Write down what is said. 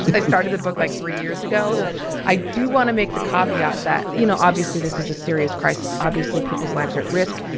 i started the book like three years ago i do want to make the caveat that, you know, obviously this is a serious crisis. obviously, people's lives are at risk.